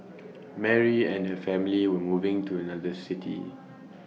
Mary and her family were moving to another city